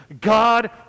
God